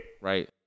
Right